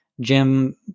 Jim